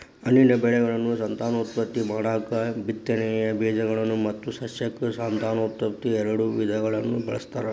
ಹಣ್ಣಿನ ಬೆಳೆಗಳನ್ನು ಸಂತಾನೋತ್ಪತ್ತಿ ಮಾಡಾಕ ಬಿತ್ತನೆಯ ಬೇಜಗಳು ಮತ್ತು ಸಸ್ಯಕ ಸಂತಾನೋತ್ಪತ್ತಿ ಈಎರಡು ವಿಧಗಳನ್ನ ಬಳಸ್ತಾರ